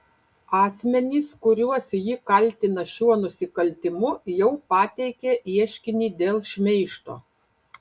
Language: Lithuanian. asmenys kuriuos ji kaltina šiuo nusikaltimu jau pateikė ieškinį dėl šmeižto